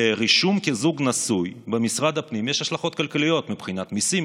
לרישום כזוג נשוי במשרד הפנים יש השלכות כלכליות מבחינת מיסים,